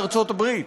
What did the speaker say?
בארצות-הברית.